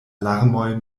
larmoj